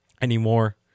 anymore